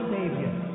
Savior